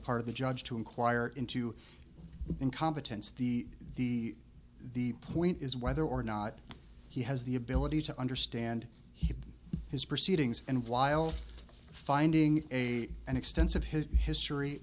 part of the judge to inquire into incompetence the the the point is whether or not he has the ability to understand he has proceedings and while finding a and extensive his